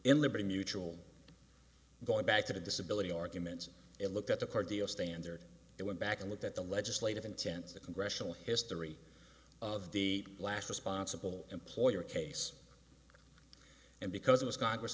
in liberty mutual going back to the disability arguments it looked at the cardio standard and went back and looked at the legislative intent of congressional history of the last responsible employer case and because it was congress